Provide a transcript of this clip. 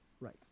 Right